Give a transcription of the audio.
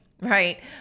right